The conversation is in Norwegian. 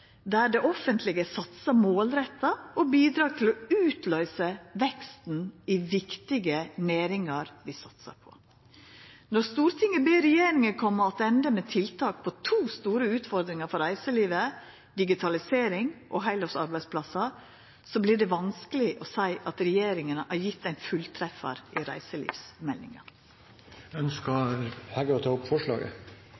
der det offentlege satsar målretta og bidrar til å utløysa veksten i viktige næringar vi satsar på. Når Stortinget ber regjeringa koma attende med tiltak når det gjeld to store utfordringar for reiselivet, digitalisering og heilårsarbeidsplassar, vert det vanskeleg å seia at regjeringa har kome med ein fulltreffar i